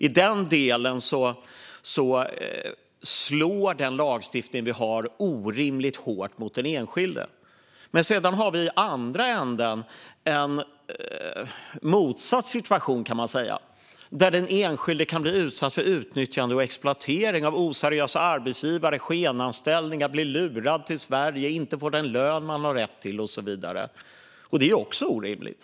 I den delen slår den lagstiftning som vi har orimligt hårt mot den enskilde. Å andra sidan kan man säga att vi har en motsatt situation där enskilda kan bli utsatta för utnyttjande och exploatering av oseriösa arbetsgivare, skenanställningar, att bli lurade till Sverige, att inte få den lön de har rätt till och så vidare. Det är också orimligt.